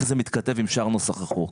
איך זה מתכתב עם שאר נוסח החוק.